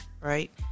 right